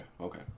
Okay